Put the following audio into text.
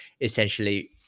essentially